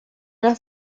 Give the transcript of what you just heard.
una